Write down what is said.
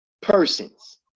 persons